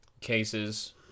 cases